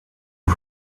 rub